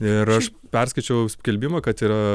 ir aš perskaičiau skelbimą kad yra